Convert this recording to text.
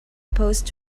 opposed